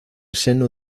seno